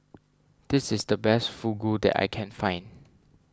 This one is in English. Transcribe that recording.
this is the best Fugu that I can find